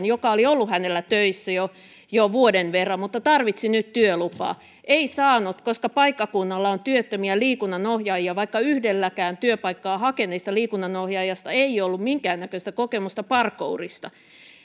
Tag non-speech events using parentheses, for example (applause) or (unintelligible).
(unintelligible) joka oli ollut hänellä töissä jo jo vuoden verran mutta tarvitsi nyt työlupaa ei saanut koska paikkakunnalla on työttömiä liikunnanohjaajia vaikka yhdelläkään työpaikkaa hakeneista liikunnanohjaajista ei ollut minkäännäköistä kokemusta parkourista